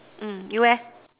you